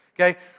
okay